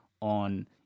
on